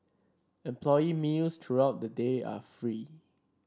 employee meals throughout the day are free